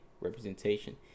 representation